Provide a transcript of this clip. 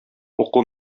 уку